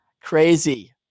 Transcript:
Crazy